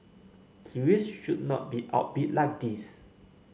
Kiwis should not be outbid like this